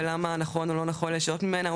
ולמה נכון או לא נכון לסטות ממנה.